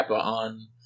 on